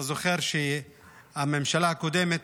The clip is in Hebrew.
אתה זוכר שהממשלה הקודמת